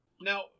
Now